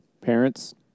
Parents